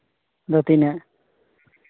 ᱫᱚ ᱛᱤᱱᱟᱹᱜ